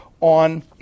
on